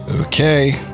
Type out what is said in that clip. Okay